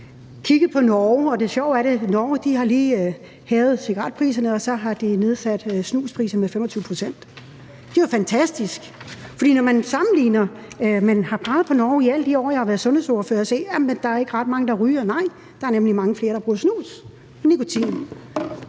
kigget på Norge, og det sjove er, at Norge lige har hævet cigaretpriserne, og så har de nedsat snusprisen med 25 pct. Det er jo fantastisk. For når man sammenligner – og man har peget på Norge i alle de år, jeg har været sundhedsordfører – kan man se, at der ikke er ret mange, der ryger. Nej, der er nemlig mange flere, der bruger nikotinsnus.